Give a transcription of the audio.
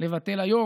לבטל היום,